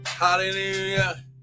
Hallelujah